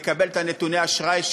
לקבל את נתוני האשראי.